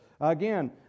Again